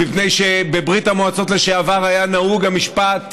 מפני שבברית המועצות לשעבר היה נהוג המשפט: